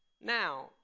Now